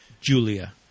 Julia